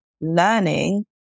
learning